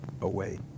away